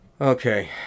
Okay